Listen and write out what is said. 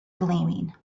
gleaming